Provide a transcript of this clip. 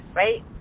right